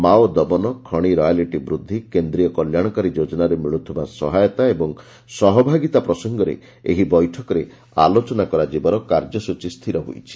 Mao ଦମନ ଖଣି royalty ବୃଦ୍ଧି କେନ୍ଦୀୟ କଲ୍ୟାଶକାରୀ ଯୋଜନାରେ ମିଳ୍ଥିବା ସହାୟତା ଏବଂ ସହଭାଗିତା ପ୍ରସଙ୍ଗରେ ଏହି ବୈଠକରେ ଆଲୋଚନା କରାଯିବାର କାର୍ଯ୍ୟସ୍ଚୀ ସ୍ଥିର ହୋଇଛି